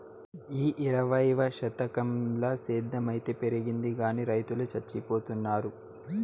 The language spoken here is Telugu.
ఈ ఇరవైవ శతకంల సేద్ధం అయితే పెరిగింది గానీ రైతులు చచ్చిపోతున్నారు